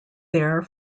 there